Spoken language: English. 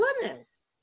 goodness